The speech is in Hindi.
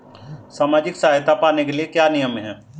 सामाजिक सहायता पाने के लिए क्या नियम हैं?